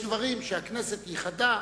יש דברים שהכנסת ייחדה